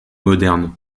modernes